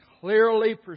clearly